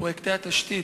פרויקטי התשתית,